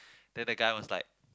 then the guy was like